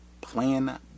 Plan